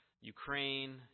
Ukraine